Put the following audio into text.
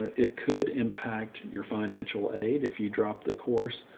ah it could impact your financial aid if you drop the course,